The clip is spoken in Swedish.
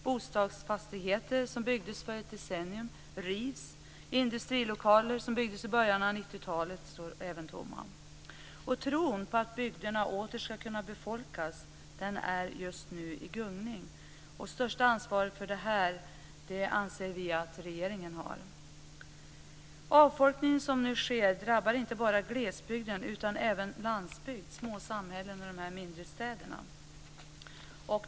Bostadsfastigheter som byggdes för ett decennium sedan rivs. Industrilokaler som byggdes i början av 90-talet står tomma. Tron på att bygderna åter ska kunna befolkas är just nu i gungning, och största ansvaret för det här anser vi att regeringen har. Den avfolkning som nu sker drabbar inte bara glesbygden utan även landsbygd, små samhällen och mindre städer.